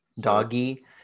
doggy